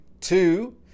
two